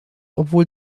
obwohl